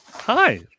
Hi